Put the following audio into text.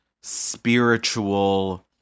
spiritual